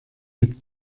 mit